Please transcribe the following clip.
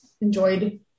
enjoyed